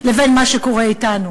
לבין מה שקורה אתנו.